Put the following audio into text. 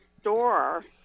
store